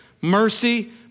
mercy